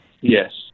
Yes